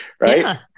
Right